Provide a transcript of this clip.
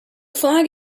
flag